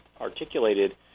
articulated